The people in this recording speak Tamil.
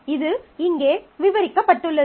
இது இங்கே விவரிக்கப்பட்டுள்ளது